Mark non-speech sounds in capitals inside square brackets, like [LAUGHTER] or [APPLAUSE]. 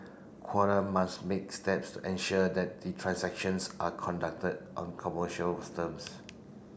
[UNINTELLIGIBLE] must make steps to ensure that the transactions are conducted on commercials terms